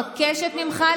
בבקשה.